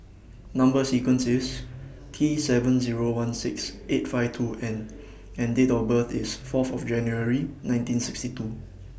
Number sequence IS T seven Zero one six eight five two N and Date of birth IS Fourth of January nineteen sixty two